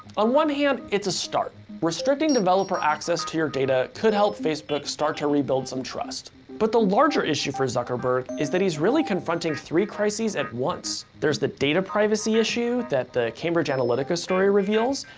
on one hand, it's a start. restricting developer access to your data could help facebook start to rebuild some trust. but the larger issue for zuckerberg is that he's really confronting three crises at once. there's the data privacy issue that the cambridge analytica story reveals.